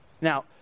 Now